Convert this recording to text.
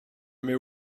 mets